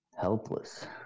helpless